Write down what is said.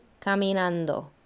caminando